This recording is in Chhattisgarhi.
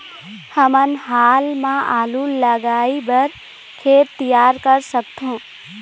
हमन हाल मा आलू लगाइ बर खेत तियार कर सकथों?